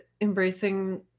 embracing